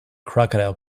crocodile